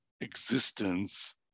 existence